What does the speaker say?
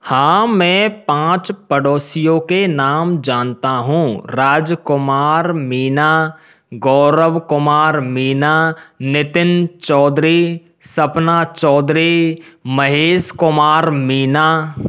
हाँ मे पाँच पड़ोसियों के नाम जानता हूँ राज कुमार मीणा गौरव कुमार मीणा नितिन चौधरी सपना चौधरी महेश कुमार मीणा